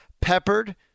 Peppered